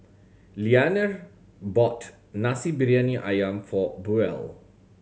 Leaner bought Nasi Briyani Ayam for Buell